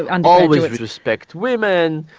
and and always respect women,